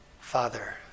Father